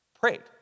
Prayed